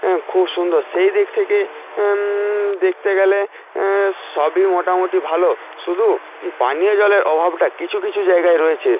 হ্যাঁ খুব সুন্দর সেই দিক থেকে দেখতে গেলে সবই মোটামুটি ভালো শুধু পানীয় জলের অভাবটা কিছু কিছু জায়গায় রয়েছে